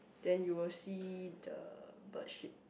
then you will see the bird shit